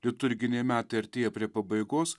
liturginiai metai artėja prie pabaigos